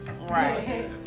Right